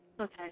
Okay